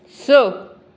स